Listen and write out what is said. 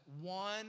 One